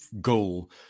goal